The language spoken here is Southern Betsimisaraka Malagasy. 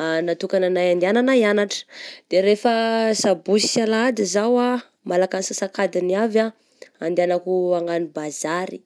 ah, natokananay handehanana hianatra, de rehefa sabosy sy alahady izao ah, malaka asasak'adiny avy ah andehanako hagnano bazary.